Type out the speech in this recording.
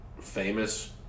famous